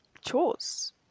chores